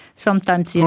sometimes, you know